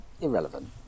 irrelevant